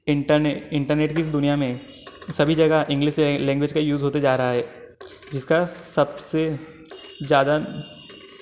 इंटरने internet की इस दुनिया में सभी जगह इंग्लिश लैंग्वेज का यूज़ होते जा रहा है जिसका सबसे ज़्यादा